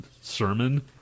sermon